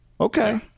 okay